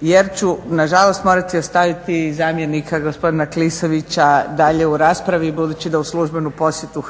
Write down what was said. jer ću nažalost morati ostaviti zamjenika gospodina Klisovića dalje u raspravi budući da u službenu posjetu